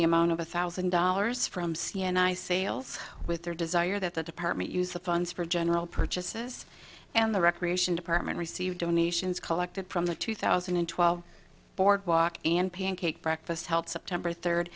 the amount of one thousand dollars from c n i sales with their desire that the department use the funds for general purchases and the recreation department received donations collected from the two thousand and twelve boardwalk and pancake breakfasts help september third